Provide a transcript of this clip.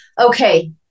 okay